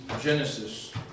Genesis